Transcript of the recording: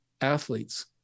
athletes